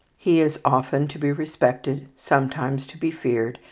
he is often to be respected, sometimes to be feared,